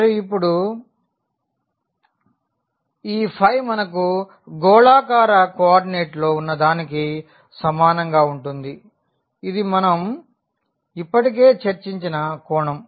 మరియు ఇప్పుడు ఈ ఫై మనకు గోళాకార కోఆర్డినేట్లో ఉన్నదానికి సమానంగా ఉంటుంది ఇది మనం ఇప్పటికే చర్చించిన కోణం